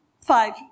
five